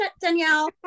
Danielle